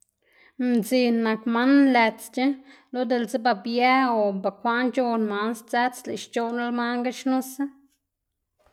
mdzin nak man nlëtsc̲h̲e lo diꞌltse ba bië o bakwaꞌn c̲h̲on man sdzëts lëꞌ xc̲h̲oꞌnla manga xnuse.